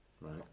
Right